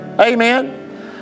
Amen